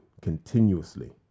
continuously